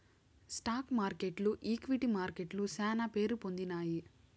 stock మార్కెట్లు equity మార్కెట్లు శానా పేరుపొందినాయి